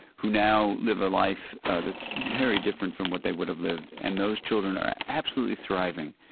who now live a life that's very different from what they would have lived. and those children are absolutely thriving,